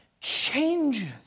changes